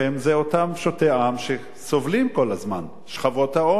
זה אותם פשוטי העם שסובלים כל הזמן, שכבות העוני.